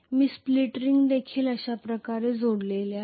मी split ring देखील अशा प्रकारे जोडलेले आहे